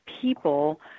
people